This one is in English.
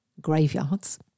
graveyards